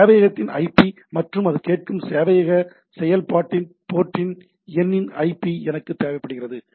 எனவே சேவையகத்தின் ஐபி மற்றும் அது கேட்கும் சேவையக செயல்பாட்டின் போர்ட் எண்ணின் ஐபி எனக்கு தேவைப்படுகிறது